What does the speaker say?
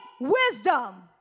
wisdom